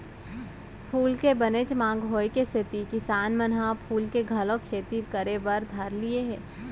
फूल के बनेच मांग होय के सेती किसान मन ह फूल के घलौ खेती करे बर धर लिये हें